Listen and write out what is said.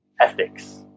ethics